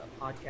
podcast